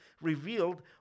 revealed